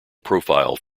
profile